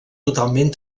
totalment